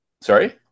Sorry